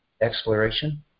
exploration